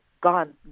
gone